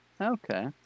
Okay